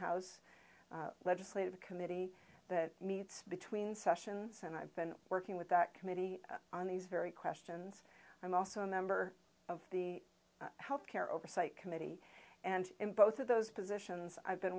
house legislative committee that meets between sessions and i've been working with that committee on these very questions i'm also a member of the health care oversight committee and in both of those positions i've been